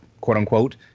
quote-unquote